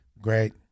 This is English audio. great